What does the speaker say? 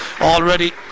already